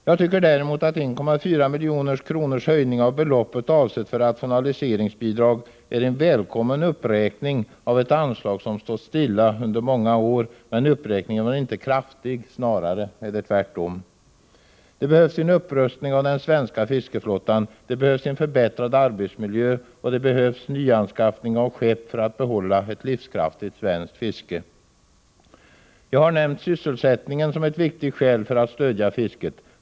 Jag tycker däremot att en höjning av beloppet med 1,4 milj.kr., avsett för rationaliseringsbidrag, är en välkommen uppräkning av ett anslag som stått stilla under många år. Men uppräkningen var inte kraftig, snarare tvärtom. Det behövs en upprustning av den svenska fiskeflottan, det behövs en förbättrad arbetsmiljö och det behövs nyanskaffning av skepp för att behålla ett livskraftigt svenskt fiske. Jag har nämnt sysselsättningen som ett viktigt skäl för att stödja fisket.